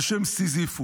על שם סיזיפוס.